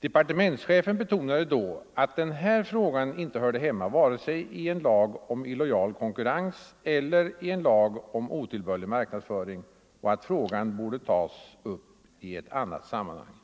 Departementschefen betonade då att den här frågan inte hörde hemma vare sig i en lag om illojal konkurrens eller i en lag om otillbörlig marknadsföring och att frågan borde tas upp i ett annat sammanhang.